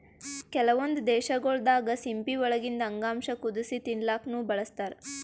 ಕೆಲವೊಂದ್ ದೇಶಗೊಳ್ ದಾಗಾ ಸಿಂಪಿ ಒಳಗಿಂದ್ ಅಂಗಾಂಶ ಕುದಸಿ ತಿಲ್ಲಾಕ್ನು ಬಳಸ್ತಾರ್